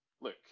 Look